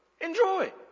enjoy